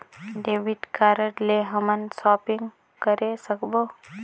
Debit card ले हमन shopping करे सकबो?